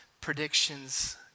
predictions